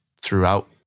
throughout